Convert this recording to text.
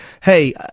hey